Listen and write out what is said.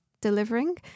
delivering